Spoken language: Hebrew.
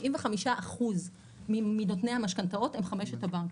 95 אחוז מנותני המשכנתאות הם חמשת הבנקים.